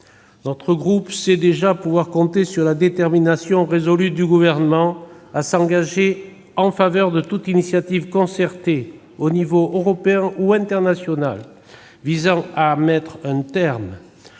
Notre groupe sait déjà pouvoir compter sur la détermination résolue du Gouvernement à s'engager « en faveur de toute initiative concertée au niveau européen ou international visant à mettre un terme